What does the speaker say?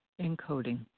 encoding